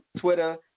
twitter